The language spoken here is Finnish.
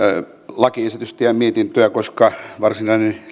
lakiesitystä ja mietintöä koska varsinainen